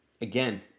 Again